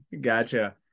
gotcha